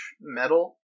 metal